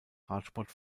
radsport